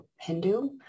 Hindu